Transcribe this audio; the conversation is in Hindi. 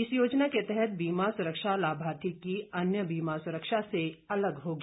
इस योजना के तहत बीमा सुरक्षा लाभार्थी की अन्य बीमा सुरक्षा से अलग होगी